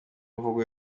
mvugo